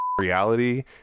reality